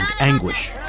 anguish